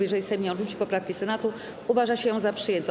Jeżeli Sejm nie odrzuci poprawki Senatu, uważa się ją za przyjętą.